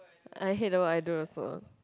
I hate the work I do also